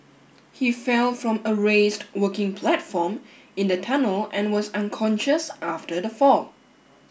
he fell from a raised working platform in the tunnel and was unconscious after the fall